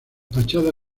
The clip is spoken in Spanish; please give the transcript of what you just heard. fachada